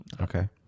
okay